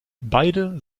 beide